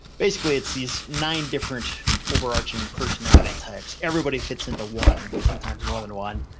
basically, it's these nine different overarching personality types. everybody fits into one, sometimes more than one.